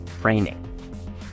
training